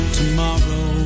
tomorrow